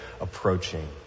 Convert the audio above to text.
approaching